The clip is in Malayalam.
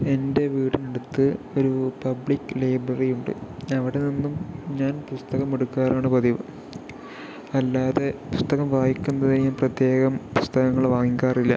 എൻ്റെ വീടിനടുത്ത് ഒരു പബ്ലിക് ലൈബ്രറി ഉണ്ട് അവിടെ നിന്നും ഞാൻ പുസ്തകം എടുക്കാറാണ് പതിവ് അല്ലാതെ പുസ്തകം വായിക്കുന്നതിന് ഞാൻ പ്രത്യേകം പുസ്തകങ്ങൾ വാങ്ങിക്കാറില്ല